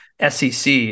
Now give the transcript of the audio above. SEC